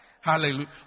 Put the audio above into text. Hallelujah